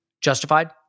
justified